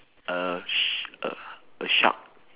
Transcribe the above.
a sh~ a a shark